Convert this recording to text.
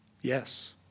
Yes